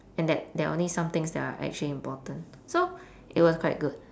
and that there are only some things that are actually important so it was quite good